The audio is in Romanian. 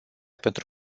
pentru